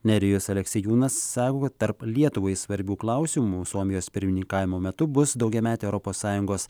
nerijus aleksiejūnas sako kad tarp lietuvai svarbių klausimų suomijos pirmininkavimo metu bus daugiametė europos sąjungos